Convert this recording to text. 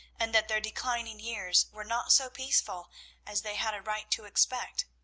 and that their declining years were not so peaceful as they had a right to expect.